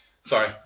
Sorry